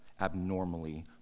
abnormally